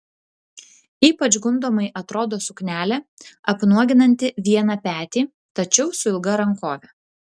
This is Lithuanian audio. ypač gundomai atrodo suknelė apnuoginanti vieną petį tačiau su ilga rankove